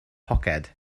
poced